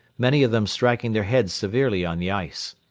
many of them striking their heads severely on the ice.